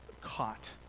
caught